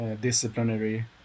disciplinary